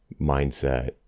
mindset